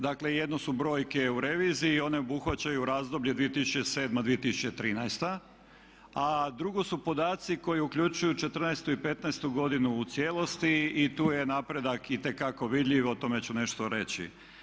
Dakle jedno su brojke u reviziji i one obuhvaćaju razdoblje 2007./2013. a drugo su podaci koji uključuju '14.-tu i 15.-tu godinu u cijelosti i tu je napredak itekako vidljiv, o tome ću nešto reći.